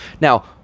Now